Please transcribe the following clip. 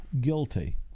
guilty